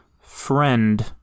friend